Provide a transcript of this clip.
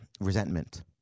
resentment